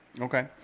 Okay